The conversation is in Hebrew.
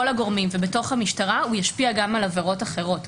הגורמים ובתוך המשטרה הוא משפיע גם על עבירות אחרות,